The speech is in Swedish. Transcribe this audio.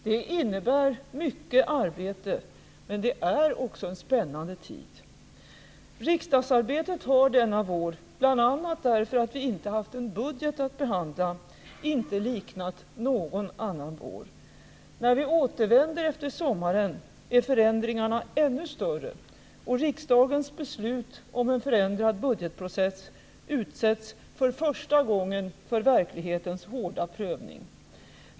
Det innebär mycket arbete, men det är också en spännande tid. Riksdagsarbetet har denna vår, bl.a. därför att vi inte haft en budget att behandla, inte liknat någon annan vår. När vi återvänder efter sommaren är förändringarna ännu större och riksdagens beslut om en förändrad budgetprocess utsätts för första gången för verklighetens hårda prövning.